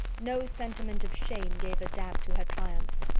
no sentiment of shame gave a damp to her triumph.